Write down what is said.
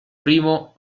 primo